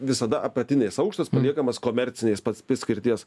visada apatinis aukštas paliekamas komerciniais pats piskirties